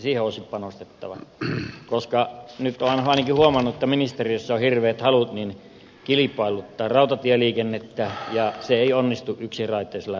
siihen olisi panostettava koska nyt olen ainakin huomannut että ministeriössä on hirveät halut kilpailuttaa rautatieliikennettä ja se ei onnistu yksiraiteisella radalla